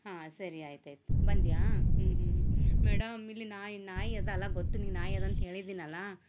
ಹಾಂ ಸರಿ ಆಯ್ತು ಆಯ್ತು ಬಂದೆಯಾ ಹ್ಞೂ ಹ್ಞೂ ಹ್ಞೂ ಮೇಡಮ್ ಇಲ್ಲಿ ನಾಯಿ ನಾಯಿ ಅದಲ್ಲ ಗೊತ್ತು ನೀ ನಾಯಿ ಅದಂತ ಹೇಳಿದ್ದೀನಲ್ಲ